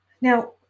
Now